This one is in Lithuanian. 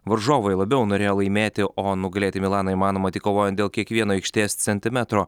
varžovai labiau norėjo laimėti o nugalėti milaną įmanoma tik kovojant dėl kiekvieno aikštės centimetro